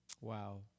Wow